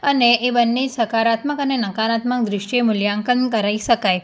અને એ બંને સકારાત્મક અને નકારાત્મક દૃષ્ટિએ મૂલ્યાંકન કરાવી શકાય